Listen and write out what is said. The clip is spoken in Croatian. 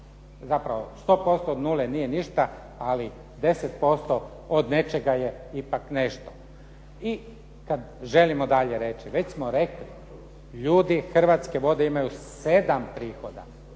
zapravo 100% od nule nije ništa, ali 10% od nečega je ipak nešto. I kada želimo dalje reći, već smo rekli, ljudi Hrvatske vode imaju 7 prihoda